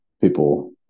people